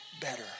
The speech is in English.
better